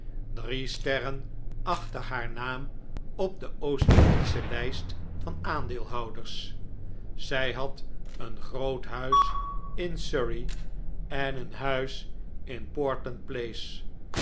drie sterren achter haar naam op de oost-indische lijst van aandeelhouders zij had een groot huis in surrey en een huis in portland place